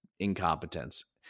incompetence